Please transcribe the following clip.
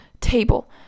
table